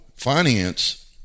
Finance